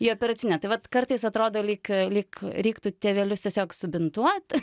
į operacinę tai vat kartais atrodo lyg lyg reiktų tėvelius tiesiog subintuot